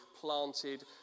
planted